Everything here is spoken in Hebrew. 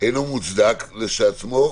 אינו מוצדק כשלעצמו,